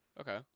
Okay